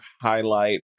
highlight